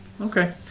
Okay